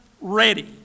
ready